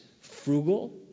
frugal